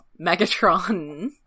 Megatron